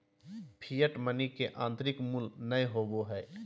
fiat money के आंतरिक मूल्य नय होबो हइ